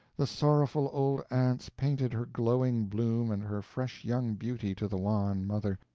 the sorrowful old aunts painted her glowing bloom and her fresh young beauty to the wan mother,